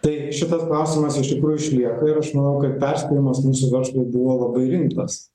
tai šitas klausimas iš tikrųjų išlieka ir aš manau kad perspėjimas mūsų verslui buvo labai rimtas